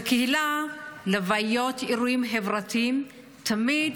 בקהילה, בלוויות, באירועים חברתיים, תמיד